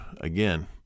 again